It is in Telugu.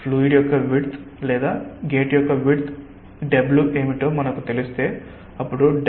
ఫ్లూయిడ్ యొక్క విడ్త్ లేదా గేట్ యొక్క విడ్త్ ఏమిటో తెలిస్తే అప్పుడు W